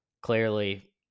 clearly